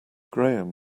graham